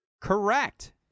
Correct